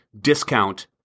discount